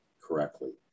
correctly